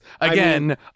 again